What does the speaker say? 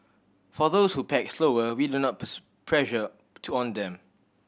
for those who pack slower we do not put pressure to on them